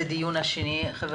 זה הדיון השני של הוועדה.